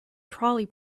trolley